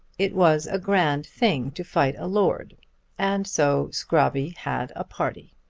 it was a grand thing to fight a lord and so scrobby had a party.